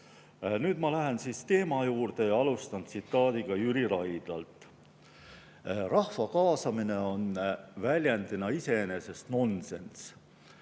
Nüüd ma lähen teema juurde ja alustan tsitaadiga Jüri Raidlalt: "Rahva kaasamine on väljendina iseenesest nonsenss.